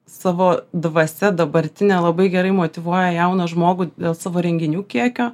savo dvasia dabartine labai gerai motyvuoja jauną žmogų dėl savo renginių kiekio